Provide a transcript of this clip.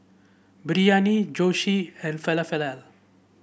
Biryani Zosui and Falafel